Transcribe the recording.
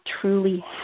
truly